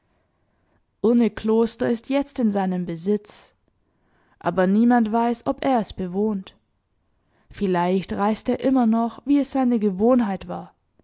urnekloster ist jetzt in seinem besitz aber niemand weiß ob er es bewohnt vielleicht reist er immer noch wie es seine gewohnheit war